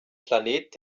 planet